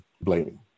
blaming